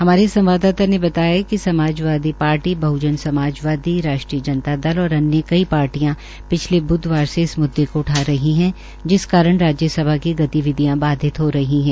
हमारे संवाददाता ने बताया कि समाजवादी पार्टी बह्जन समाज वादी राष्ट्रीय जनता दल और अन्य कई पार्टियां पिछले बुध्वार से इस मुद्दे को उठा रही है जिस कारण राज्यसभा की गतिविधियां बाधित हो रही है